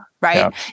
right